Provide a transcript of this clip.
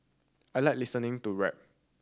I like listening to rap